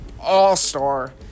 all-star